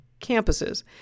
campuses